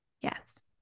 yes